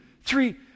three